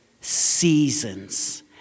seasons